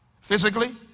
physically